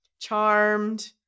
Charmed